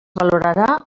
valorarà